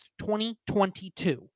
2022